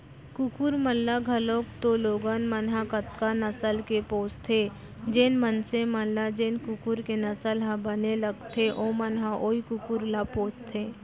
कुकुर मन ल घलौक तो लोगन मन ह कतका नसल के पोसथें, जेन मनसे मन ल जेन कुकुर के नसल ह बने लगथे ओमन ह वोई कुकुर ल पोसथें